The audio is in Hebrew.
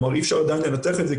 כלומר אי-אפשר עדיין לנתח את זה,